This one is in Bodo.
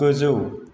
गोजौ